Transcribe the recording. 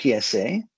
PSA